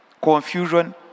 Confusion